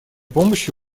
помощи